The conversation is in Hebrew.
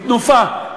בתנופה.